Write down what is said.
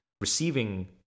receiving